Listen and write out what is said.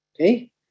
okay